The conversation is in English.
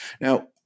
Now